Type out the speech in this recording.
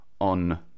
on